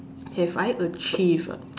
have I achieved ah